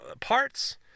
parts